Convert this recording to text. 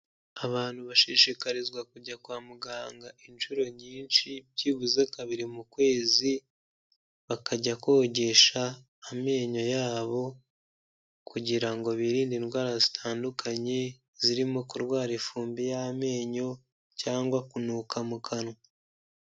Abantu bashishikarizwa kujya kwa muganga inshuro nyinshi byibuze kabiri mu kwezi, bakajya kogesha amenyo yabo kugira ngo birinde indwara zitandukanye, zirimo kurwara ifumbi y'amenyo cyangwa kunuka mu kanwa.